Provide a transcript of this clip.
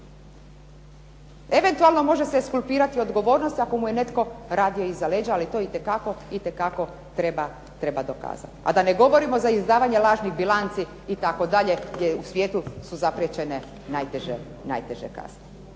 …/Govornica se ne razumije./… odgovornost ako mu je netko radio iza leđa, ali to itekako treba dokazati. A da ne govorimo za izdavanje lažnih bilanci itd., gdje u svijetu su zapriječene najteže kazne.